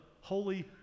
Holy